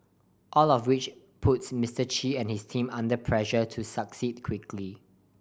all of which puts Mister Chi and his team under pressure to succeed quickly